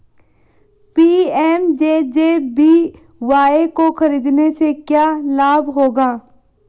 PMJJBY को खरीदने से क्या लाभ होगा?